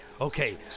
okay